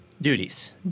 duties